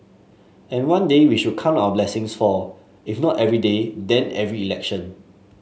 and one day we should count our blessings for if not every day then every election